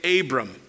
Abram